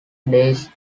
days